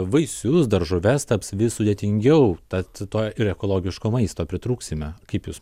vaisius daržoves taps vis sudėtingiau tad to ir ekologiško maisto pritrūksime kaip jūs